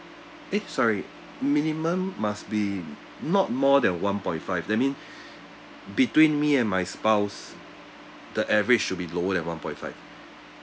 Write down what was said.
eh sorry minimum must be not more than one point five that mean between me and my spouse the average should be lower than one point five